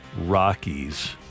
Rockies